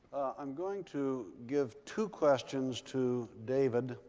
i'm going to give two questions to david.